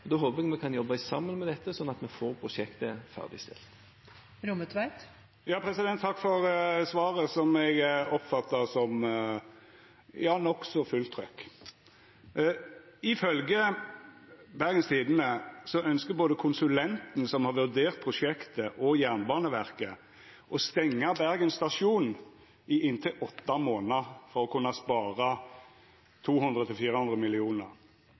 Da håper jeg at vi kan jobbe sammen om dette, sånn at vi får prosjektet ferdigstilt. Takk for svaret, som eg oppfattar som nokså «fullt trykk». Ifølgje Bergens Tidende ønskjer både konsulenten som har vurdert prosjektet, og Jernbaneverket å stengja Bergen stasjon i inntil åtte månader for å kunna spara 200 mill. kr–400 mill. kr. Ei slik stenging vil ramma til